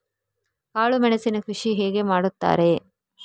ಕಾಳು ಮೆಣಸಿನ ಕೃಷಿ ಹೇಗೆ ಮಾಡುತ್ತಾರೆ?